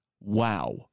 Wow